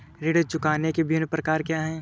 ऋण चुकाने के विभिन्न प्रकार क्या हैं?